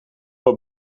haar